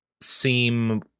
seem